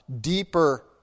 deeper